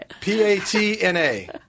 P-A-T-N-A